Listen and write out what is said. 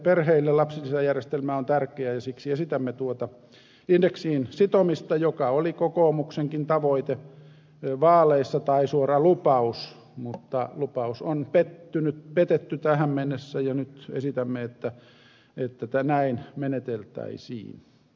lapsiperheille lapsilisäjärjestelmä on tärkeä ja siksi esitämme tuota indeksiin sitomista joka oli kokoomuksenkin tavoite vaaleissa tai suora lupaus mutta lupaus on petetty tähän mennessä ja nyt esitämme että näin meneteltäisiin